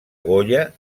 goya